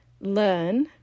learn